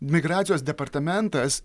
migracijos departamentas